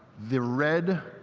the red,